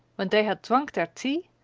when they had drunk their tea,